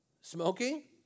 Smoking